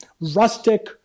rustic